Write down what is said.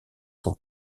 son